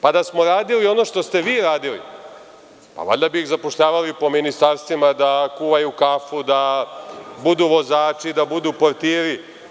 Pa, da smo radili ono što ste vi radili, pa valjda bi ih zapošljavali po ministarstvima da kuvaju kafu, da budu vozači, da budu portiri.